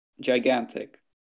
Gigantic